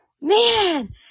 man